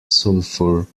sulfur